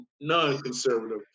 non-conservative